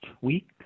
week